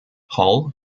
hull